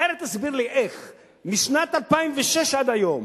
אחרת תסביר לי איך משנת 2006 עד היום